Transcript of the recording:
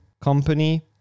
company